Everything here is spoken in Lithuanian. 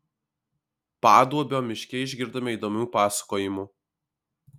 paduobio miške išgirdome įdomių pasakojimų